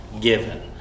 given